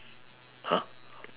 !huh!